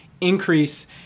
increase